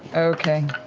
okay.